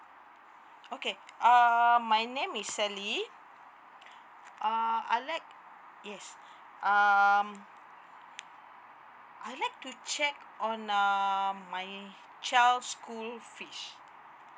okay err my name is sally uh I'd like yes um I'd like to check on um my child school fish